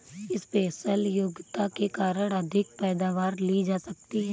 special योग्यता के कारण अधिक पैदावार ली जा सकती है